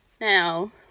now